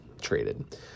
traded